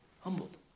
humbled